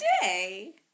Today